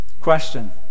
Question